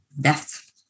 death